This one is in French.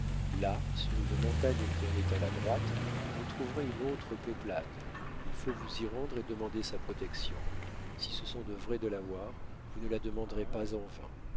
là sur une montagne qui en est à la droite vous trouverez une autre peuplade il faut vous y rendre et demander sa protection si ce sont de vrais delawares vous ne la demanderez pas en vain